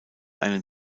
einen